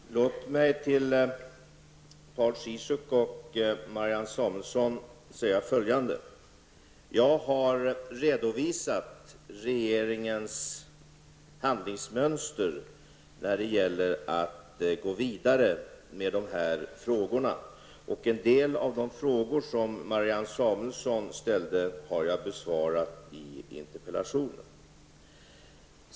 Herr talman! Låt mig till Paul Ciszuk och Marianne Samuelsson säga följande: Jag har redovisat regeringens handlingsmönster när det gäller att gå vidare med dessa frågor. En del av de frågor som Marianne Samuelsson ställde har jag besvarat i interpellationen.